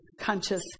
conscious